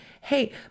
hey